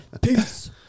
Peace